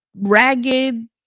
ragged